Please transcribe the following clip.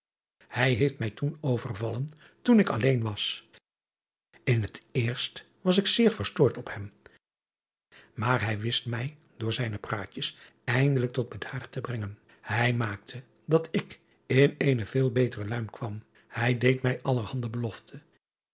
ij heeft mij toen overvallen terwijl ik alleen was in het eerst was ik zeer verstoord op hem maar hij wist mij door zijne praatjes eindelijk tot bedaren te brengen hij maakte dat ik in eene veel betere luim kwam hij deed mij allerhande beloften